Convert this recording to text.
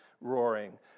roaring